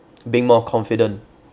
being more confident